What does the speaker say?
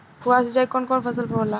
फुहार सिंचाई कवन कवन फ़सल पर होला?